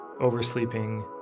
Oversleeping